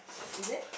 is it